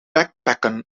backpacken